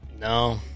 No